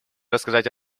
рассказать